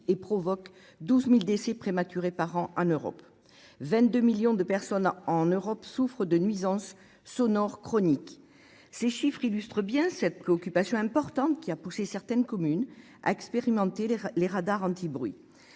et provoque 12 000 décès prématurés par an en Europe. 22 millions de personnes en Europe souffrent de nuisances sonores chroniques. Ces chiffres illustrent bien cette occupation importante qui a poussé certaines communes à expérimenter les radars anti-bruits.